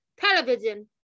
television